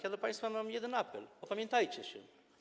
Mam do państwa jeden apel: Opamiętajcie się.